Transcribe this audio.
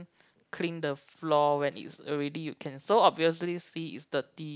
clean the floor when it's already you can so obviously see it's dirty